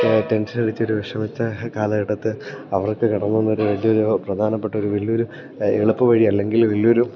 tension അടിച്ചൊരു വിഷമിച്ച കാലഘട്ടത്തില് അവർക്കു കടന്നുവന്നൊരു വലിയൊരു പ്രധാനപ്പെട്ട ഒരു വലിയൊരു എളുപ്പ വഴി അല്ലെങ്കിൽ വലിയൊരു